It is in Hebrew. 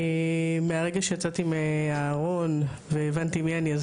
מהרגע שיצאתי מהארון והבנתי מי אני,